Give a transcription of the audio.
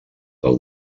del